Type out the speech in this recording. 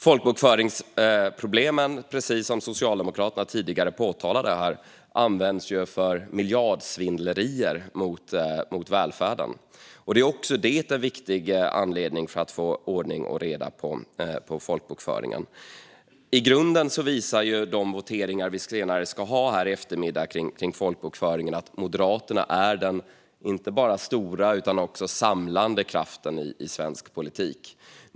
Folkbokföringsproblemen används också, precis som Socialdemokraterna påtalade nyss, för miljardsvindlerier mot välfärden. Också det är en viktig anledning att få ordning och reda i folkbokföringen. I grunden visar den votering om folkbokföringen som vi ska ha senare i eftermiddag att Moderaterna är den inte bara stora utan också samlande kraften i svensk politik.